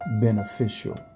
beneficial